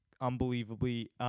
unbelievably